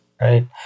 Right